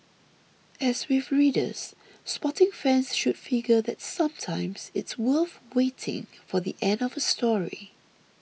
as with readers sporting fans should figure that sometimes it's worth waiting for the end of a story